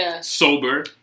sober